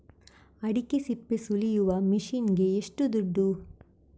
ಅಡಿಕೆ ಸಿಪ್ಪೆ ಸುಲಿಯುವ ಮಷೀನ್ ಗೆ ಏಷ್ಟು ದುಡ್ಡು?